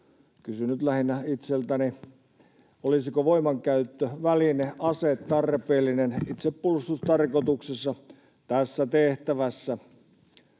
kysyn nyt lähinnä itseltäni, olisiko voimankäyttöväline, ase, tarpeellinen itsepuolustustarkoituksessa tässä tehtävässä.